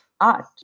art